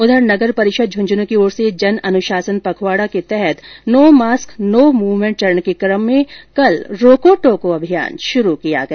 उधर नगर परिषद झंझन की ओर से जन अनुशासन पखवाड़ा के नो मास्क नो मूवमेंट चरण के क्रम में कल रोको टोको अभियान शुरू किया गया